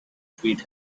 feet